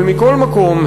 מכל מקום,